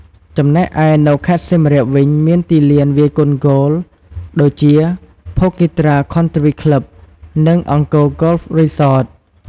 ចំណែកឯនៅខេត្តសៀមរាបវិញ មានទីលានវាយកូនហ្គោល ដូចជា Phokeethra Country Club និង Angkor Golf Resort។